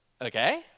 okay